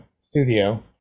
studio